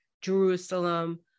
Jerusalem